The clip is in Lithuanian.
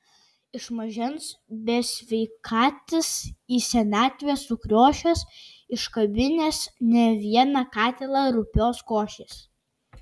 iš mažens besveikatis į senatvę sukriošęs iškabinęs ne vieną katilą rupios košės